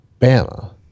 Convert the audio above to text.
Bama